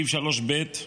סעיף 3(ב)